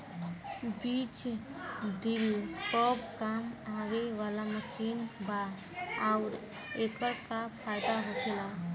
बीज ड्रील कब काम आवे वाला मशीन बा आऊर एकर का फायदा होखेला?